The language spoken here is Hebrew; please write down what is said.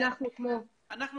כמו יתר --- נעימה,